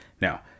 Now